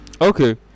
Okay